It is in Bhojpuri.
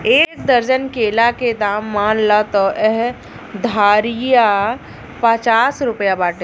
एक दर्जन केला के दाम मान ल त एह घारिया पचास रुपइआ बाटे